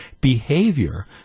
behavior